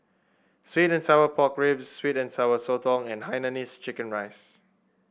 sweet and Sour Pork Ribs sweet and Sour Sotong and Hainanese Chicken Rice